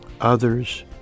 others